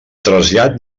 trasllat